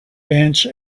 bench